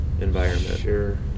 environment